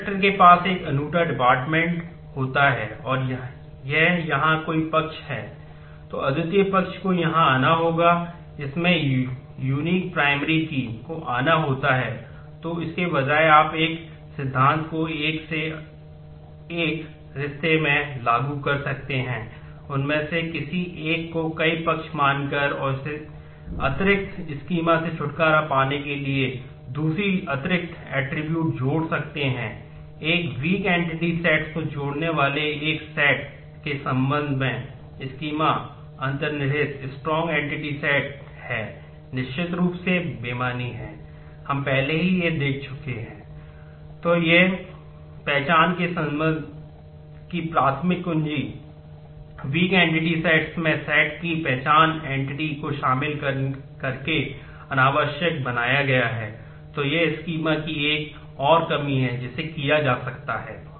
इसमें unique primary key key एक और कमी है जिसे किया जा सकता है